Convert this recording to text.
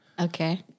Okay